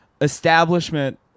establishment